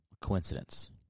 coincidence